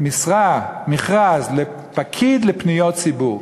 משרה, מכרז, לפקיד לפניות ציבור.